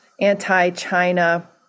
anti-China